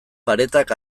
paretak